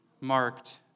marked